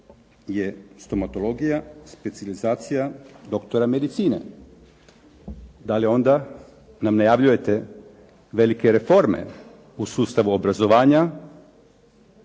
je stomatologija specijalizacija doktora medicine. Da li onda nam najavljujete velike reforme u sustavu obrazovanja,